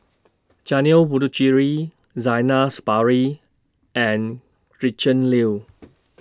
Janil Puthucheary Zainal Sapari and Gretchen Liu